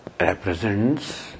represents